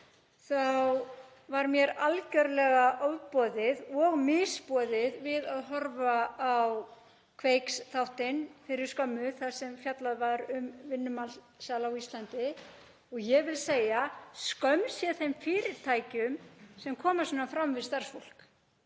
þá var mér algerlega ofboðið og misboðið að horfa á Kveiksþáttinn fyrir skömmu þar sem fjallað var um vinnumansal á Íslandi og ég vil segja: Skömm sé þeim fyrirtækjum sem koma svona fram við starfsfólk.